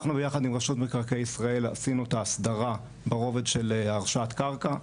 אנחנו ביחד עם רשות מקרקעי ישראל עשינו את ההסדרה ברובד של הרשאת קרקע.